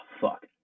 fuck